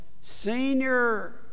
senior